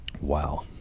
Wow